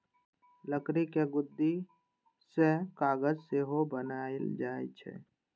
लकड़ीक लुगदी सं कागज सेहो बनाएल जाइ छै